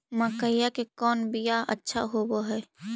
मकईया के कौन बियाह अच्छा होव है?